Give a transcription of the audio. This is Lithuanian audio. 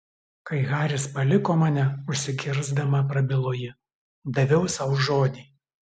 kai haris paliko mane užsikirsdama prabilo ji daviau sau žodį